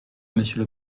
monsieur